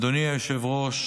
אדוני היושב-ראש,